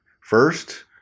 first